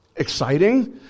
exciting